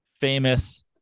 famous